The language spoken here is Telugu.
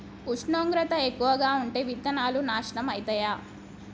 ఉష్ణోగ్రత ఎక్కువగా ఉంటే విత్తనాలు నాశనం ఐతయా?